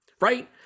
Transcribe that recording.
right